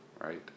right